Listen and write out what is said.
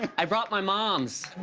i brought my moms.